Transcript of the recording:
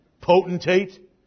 potentate